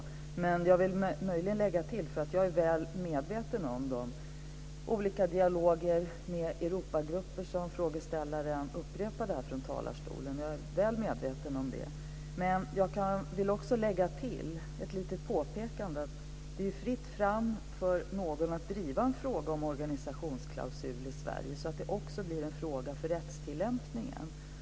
Möjligen kan jag lägga till ett litet påpekande, eftersom jag är väl medveten om de olika dialoger med Europagrupper som frågeställaren upprepade från talarstolen: Det är fritt fram för någon att driva en fråga om organisationsklausul i Sverige så att den också blir en fråga för rättstillämpningen.